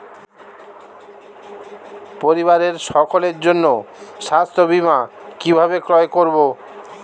পরিবারের সকলের জন্য স্বাস্থ্য বীমা কিভাবে ক্রয় করব?